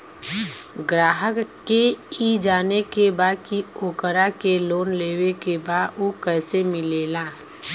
ग्राहक के ई जाने के बा की ओकरा के लोन लेवे के बा ऊ कैसे मिलेला?